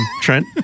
Trent